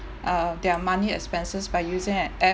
uh their monthly expenses by using an app